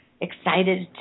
Excited